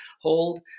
hold